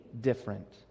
different